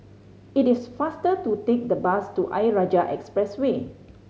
it is faster to take the bus to Ayer Rajah Expressway